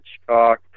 Hitchcock